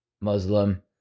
Muslim